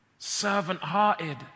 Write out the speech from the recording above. Servant-hearted